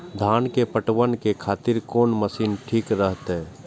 धान के पटवन के खातिर कोन मशीन ठीक रहते?